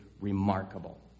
remarkable